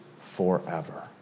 forever